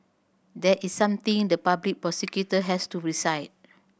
that is something the public prosecutor has to decide